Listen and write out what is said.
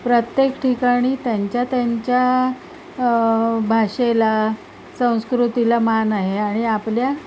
प्रत्येक ठिकाणी त्यांच्या त्यांच्या भाषेला संस्कृतीला मान आहे आणि आपल्या